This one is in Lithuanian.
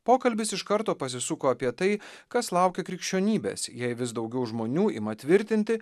pokalbis iš karto pasisuko apie tai kas laukia krikščionybės jei vis daugiau žmonių ima tvirtinti